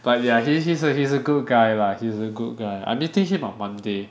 but yeah he's he's a he's a good guy lah he's a good guy I meeting him on Monday